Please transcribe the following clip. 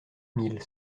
mille